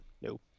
Nope